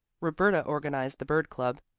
roberta organized the bird club.